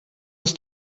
ist